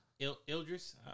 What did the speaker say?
Ildris